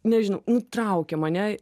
nežinau nu traukė mane